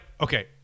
Okay